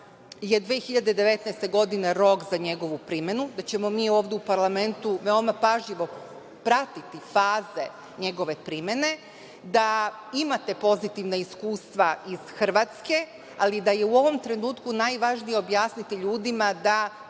je 2019. godina rok za njegovu primenu, da ćemo mi ovde u parlamentu veoma pažljivo pratiti faze njegove primene, da imate pozitivna iskustva iz Hrvatske, ali da je u ovom trenutku najvažnije objasniti ljudima da